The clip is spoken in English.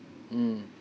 mm